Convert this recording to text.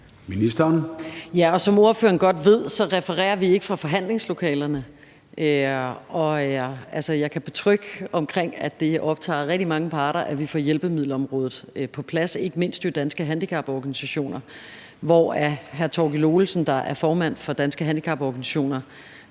Som spørgeren godt ved, refererer vi ikke fra forhandlingslokalerne. Jeg kan betrygge spørgeren i, at det optager rigtig mange parter, at vi får hjælpemiddelområdet på plads, ikke mindst Danske Handicaporganisationer. Thorkild Olesen, der er formand for Danske Handicaporganisationer,